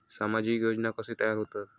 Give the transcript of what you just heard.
सामाजिक योजना कसे तयार होतत?